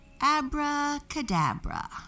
Abracadabra